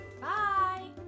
Bye